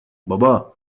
بابا